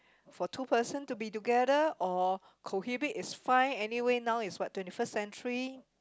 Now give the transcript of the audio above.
for two person to be together or cohabit is fine anyway now is what twenty first century